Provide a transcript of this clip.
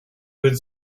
good